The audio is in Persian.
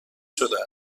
شده